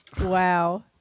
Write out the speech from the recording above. Wow